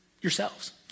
yourselves